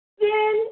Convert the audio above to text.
Sin